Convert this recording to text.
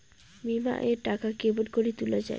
বিমা এর টাকা কেমন করি তুলা য়ায়?